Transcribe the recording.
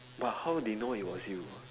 but how they know it was you